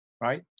right